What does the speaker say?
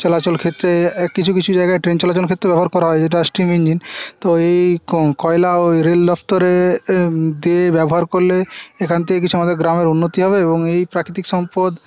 চলাচল ক্ষেত্রে কিছু কিছু জায়গায় ট্রেন চলাচল ক্ষেত্রে ব্যবহার করা হয় যেটা স্টিম ইঞ্জিন তো এই কয়লা ও রেলদপ্তরে ব্যবহার করলে এখান থেকে কিছু আমাদের গ্রামের উন্নতি হবে এবং এই প্রাকৃতিক সম্পদ